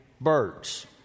Birds